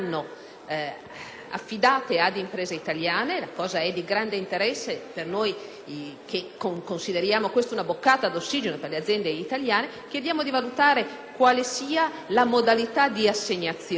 la consideriamo come una boccata di ossigeno per le aziende italiane - chiediamo di valutare quale sia la modalità di assegnazione, anche perché l'applicazione del diritto italiano ci imporrebbe la gara europea.